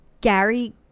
Gary